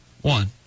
One